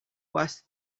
was